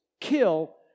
kill